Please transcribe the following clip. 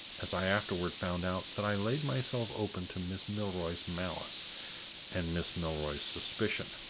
as i afterward found out, that i laid myself open to miss milroy's malice and miss milroy's suspicion.